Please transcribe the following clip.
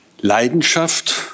Leidenschaft